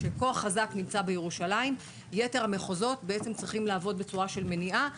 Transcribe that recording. כשכוח חזק נמצא בירושלים יתר המחוזות צריכים לעבוד בצורה של מניעה.